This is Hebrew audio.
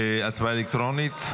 הצבעה אלקטרונית.